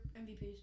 MVPs